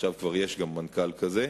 עכשיו כבר יש גם מנכ"ל כזה,